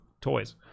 toys